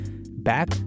back